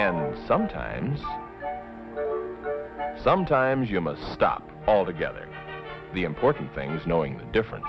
and sometimes sometimes you must stop altogether the important thing is knowing the differen